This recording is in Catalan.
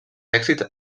èxits